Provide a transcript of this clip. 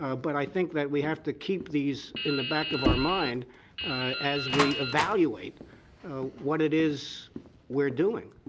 um but i think that we have to keep these in the back of our mind as we evaluate what it is we're doing.